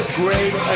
great